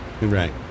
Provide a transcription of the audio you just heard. Right